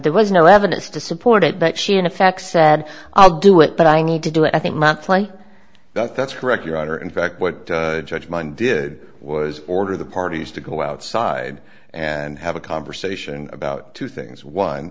there was no evidence to support it but she in effect sad i'll do it but i need to do it i think my plight that's correct your honor in fact what judge mine did was order the parties to go outside and have a conversation about two things one